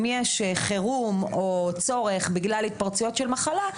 יש חירום או צורך בגלל התפרצות מחלה,